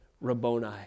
Rabboni